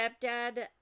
stepdad